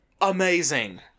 amazing